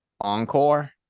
Encore